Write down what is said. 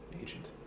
agent